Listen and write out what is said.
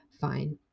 fine